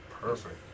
Perfect